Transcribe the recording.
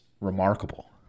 remarkable